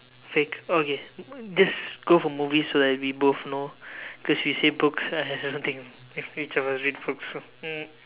fake okay just go for movies so that we both know cause if you say books I don't think each of us read books so hmm